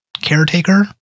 caretaker